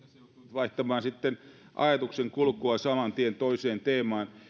vaihtamaan ajatuksenkulkua saman tien toiseen teemaan